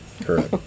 correct